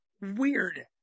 Weird